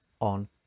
on